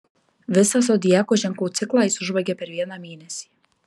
visą zodiako ženklų ciklą jis užbaigia per vieną mėnesį